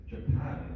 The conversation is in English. Japan